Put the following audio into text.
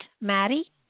Maddie